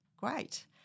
Great